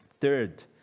Third